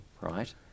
right